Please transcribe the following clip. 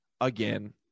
again